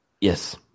yes